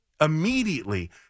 immediately